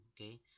Okay